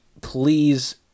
Please